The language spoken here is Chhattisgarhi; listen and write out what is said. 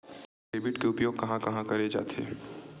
डेबिट के उपयोग कहां कहा करे जाथे?